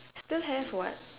still have [what]